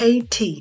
KT